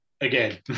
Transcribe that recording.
again